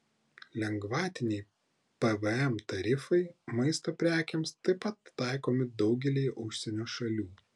lengvatiniai pvm tarifai maisto prekėms taip pat taikomi daugelyje užsienio šalių